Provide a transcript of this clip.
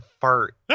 fart